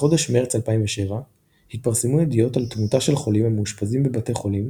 בחודש מרץ 2007 התפרסמו ידיעות על תמותה של חולים המאושפזים בבתי חולים